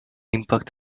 impact